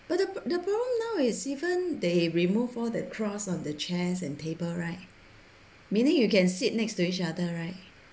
but the but the problem now is didn't they remove all the cross on the chairs and table right meaning you can sit next to each other right